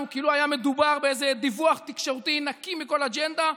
כאילו היה מדובר באיזה דיווח תקשורתי נקי מכל אג'נדה,